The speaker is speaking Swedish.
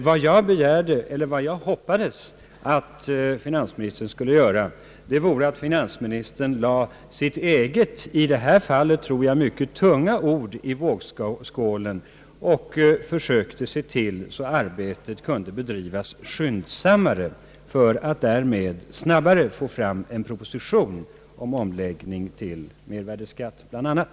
Vad jag emellertid hoppades att finansministern skulle göra vore att finansministern lade sitt eget — i detta fall, tror jag, mycket tunga — ord i vågskålen och försökte se till att arbetet kunde bedrivas skyndsammare i syfte att snabbare få fram en proposition rörande omläggning till mervärdeskatt.